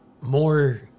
more